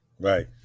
right